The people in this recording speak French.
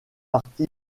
parti